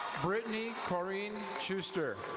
brittany corrine schuster.